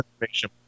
information